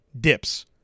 Dips